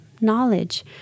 knowledge